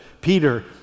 Peter